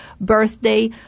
birthday